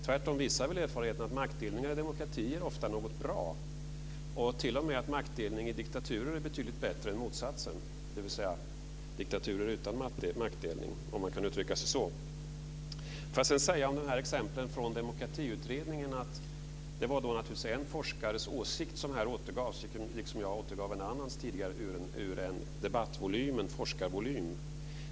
Tvärtom visar erfarenheterna att maktdelning i en demokrati är ofta något bra, och maktdelning i diktaturer är betydligt bättre än motsatsen, dvs. diktaturer utan maktdelning, om man kan uttrycka sig så. När det gäller exemplen från Demokratiutredningen var det en forskares åsikt som återgavs, liksom jag återgav en annan forskares åsikt ur forskarvolymen.